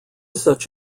such